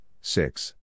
six